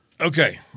Okay